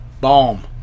Bomb